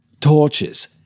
torches